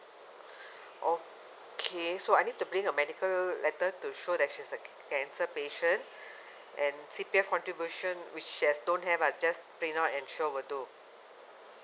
okay so I need to bring a medical letter to show that she's a cancer patient and C_P_F contribution which she has don't have ah just print out and show will do